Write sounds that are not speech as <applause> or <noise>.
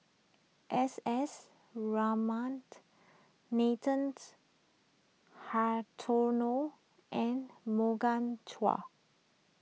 S S Ratnam <unintelligible> Nathan <unintelligible> Hartono and Morgan Chua